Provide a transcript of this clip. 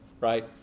right